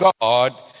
God